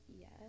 Yes